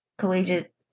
collegiate